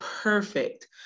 perfect